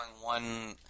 one